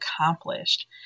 accomplished